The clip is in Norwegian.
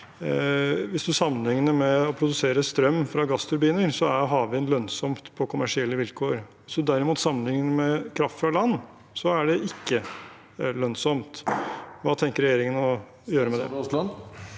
hvis man sammenligner med å produsere strøm fra gassturbiner, er havvind lønnsomt på kommersielle vilkår. Hvis man derimot sammenligner med kraft fra land, er det ikke lønnsomt. Hva tenker regjeringen å gjøre med det?